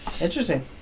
Interesting